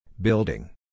Building